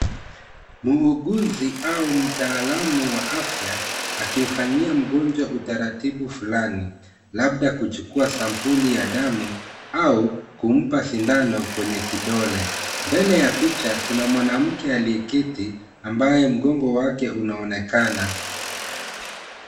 Muuguzi au mtaalamu wa afya akimfanyia mgonjwa utaratibu fulani, labda kuchukua sampuli ya damu au kumpa sindano kwenye kidole. Mbele ya picha kuna mwanamke aliye keti ambaye mgongo wake unaonekana.